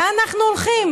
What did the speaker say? לאן אנו הולכים?